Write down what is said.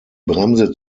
bremse